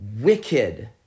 wicked